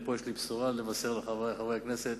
ופה יש לי בשורה לבשר לחברי חברי הכנסת,